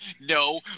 No